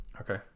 Okay